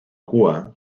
cua